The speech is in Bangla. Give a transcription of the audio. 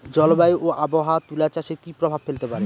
জলবায়ু ও আবহাওয়া তুলা চাষে কি প্রভাব ফেলতে পারে?